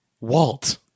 Walt